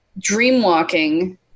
Dreamwalking